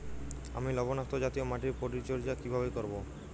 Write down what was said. আমি লবণাক্ত জাতীয় মাটির পরিচর্যা কিভাবে করব?